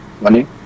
Money